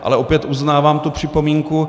Ale opět uznávám tu připomínku.